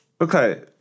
Okay